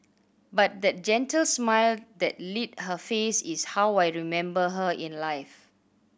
but that gentle smile that lit her face is how I remember her in life